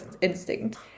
instinct